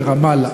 במוקטעה ברמאללה.